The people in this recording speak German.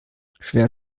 schwer